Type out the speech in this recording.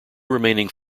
remaining